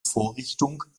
vorrichtung